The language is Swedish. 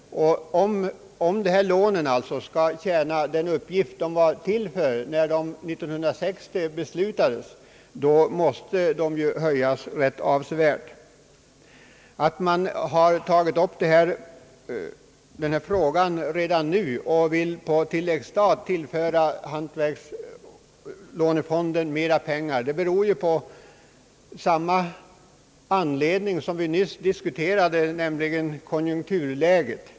Om dessa lån skall kunna tjäna den uppgift de avsågs för vid beslutet 1960 måste därför lånegränserna höjas rätt avsevärt. Att frågan tagits upp redan nu och att man vill på tilläggsstat tillföra hantverksoch industrilånefonden mera pengar har sin grund i det vi nyss diskuterade, nämligen konjunkturläget.